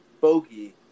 Bogey